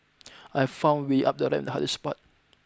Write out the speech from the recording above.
I found wheel up the ramp the hardest part